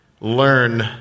learn